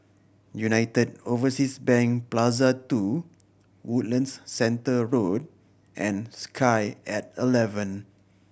United Overseas Bank Plaza Two Woodlands Centre Road and Sky At Eleven